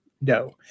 No